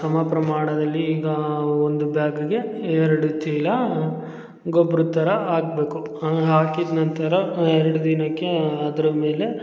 ಸಮ ಪ್ರಮಾಣದಲ್ಲಿ ಈಗ ಒಂದು ಬ್ಯಾಗಿಗೆ ಎರಡು ಚೀಲ ಗೊಬ್ರದ್ ಥರ ಹಾಕ್ಬೇಕು ಹಾಕಿದ್ ನಂತರ ಎರಡು ದಿನಕ್ಕೆ ಅದರ ಮೇಲೆ